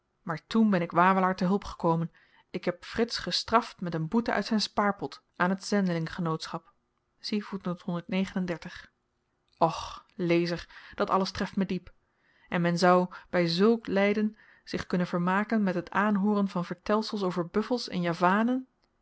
maar toen ben ik wawelaar te hulp gekomen ik heb frits gestraft met een boete uit zyn spaarpot aan t zendelinggenootschap och lezer dat alles treft me diep en men zou by zlk lyden zich kunnen vermaken met het aanhooren van vertelsels over buffels en javanen